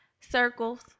circles